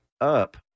up